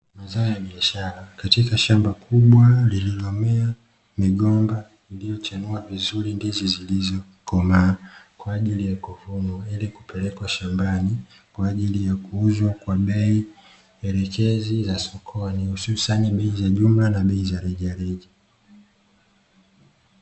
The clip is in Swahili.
Mazao ya biashara katika shamba kubwa lililomea migomba iliyochanua vizuri. Ndizi zilizokomaa kwa ajili ya kuvunwa ili kupelekwa shambani kwa ajili ya kuuzwa kwa bei elekezi za sokoni hususan bei za jumla na bei za rejareja.